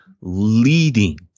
leading